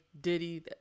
diddy